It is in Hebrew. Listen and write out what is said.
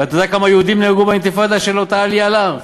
ואתה יודע כמה יהודים נהרגו באינתיפאדה של אותה עלייה להר?